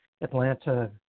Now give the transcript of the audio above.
Atlanta